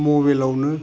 मबेलावनो